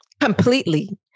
completely